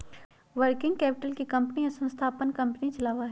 working capital से company या संस्था अपन कंपनी चलावा हई